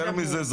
יותר מזה,